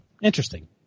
Interesting